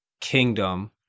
kingdom